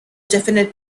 definite